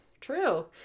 True